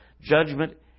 judgment